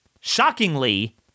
shockingly